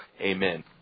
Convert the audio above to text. Amen